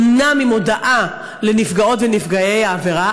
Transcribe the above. אומנם עם הודעה לנפגעות ונפגעי העבירה